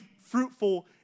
fruitful